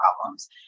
problems